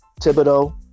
Thibodeau